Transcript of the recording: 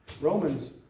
Romans